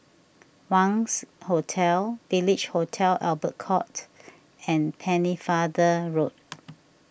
Wangz Hotel Village Hotel Albert Court and Pennefather Road